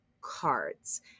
cards